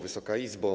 Wysoka Izbo!